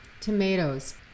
Tomatoes